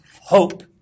hope